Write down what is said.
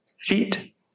feet